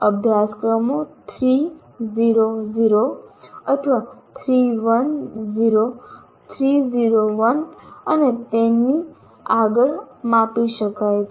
અભ્યાસક્રમો 3 0 0 અથવા 3 1 0 3 0 1 અને તેથી આગળ આપી શકાય છે